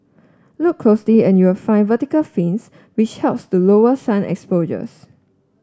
look closely and you'll find vertical fins which helps to lower sun exposures